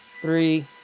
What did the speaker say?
three